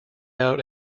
out